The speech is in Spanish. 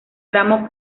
tramo